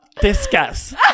Discuss